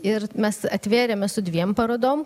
ir mes atvėrėme su dviem parodom